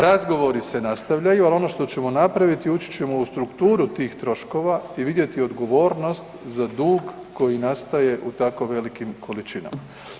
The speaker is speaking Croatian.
Razgovori se nastavljaju, ali ono što ćemo napraviti, ući ćemo u strukturu tih troškova i vidjeti odgovornost za dug koji nastaje u tako velikim količinama.